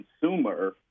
consumer